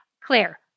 Claire